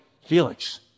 Felix